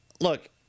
look